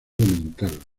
mental